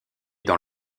dans